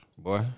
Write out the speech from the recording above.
Boy